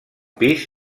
pis